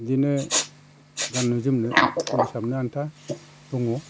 बिदिनो गाननो जोमनो सोलि साबनो आनथा दङ